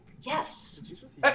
Yes